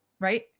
Right